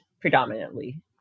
predominantly